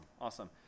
awesome